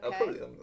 okay